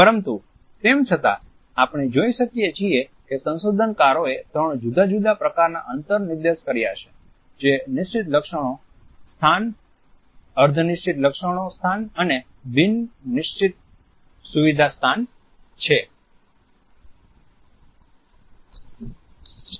પરંતુ તેમ છતાં આપણે જોઈ શકીએ છીએ કે સંશોધનકારોએ ત્રણ જુદા જુદા પ્રકારના અંતર નિર્દેશ કર્યા છે જે નિશ્ચિત લક્ષણો સ્થાન અર્ધ નિશ્ચિત લક્ષણો સ્થાન અને બિન નિશ્ચિત સુવિધા સ્થાન છે